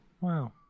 wow